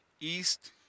east